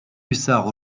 hussard